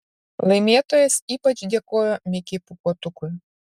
laimėtojas ypač dėkojo mikei pūkuotukui